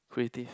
creative